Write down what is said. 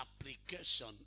application